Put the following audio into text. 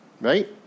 right